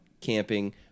camping